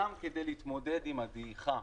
גם כדי להתמודד עם הדעיכה.